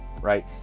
Right